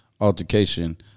altercation